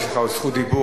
יש לך עוד זכות דיבור,